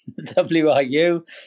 WIU